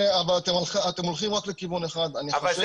אתם הולכים רק לכיוון אחד, אני חושב שאני אמרתי.